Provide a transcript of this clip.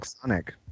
Sonic